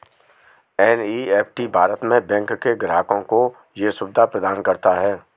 NEFT Bharat में bank के ग्राहकों को ये सुविधा प्रदान करता है